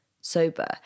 sober